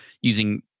using